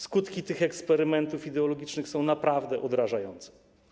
Skutki tych eksperymentów ideologicznych są naprawdę odrażające.